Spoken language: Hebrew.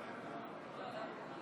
נגד.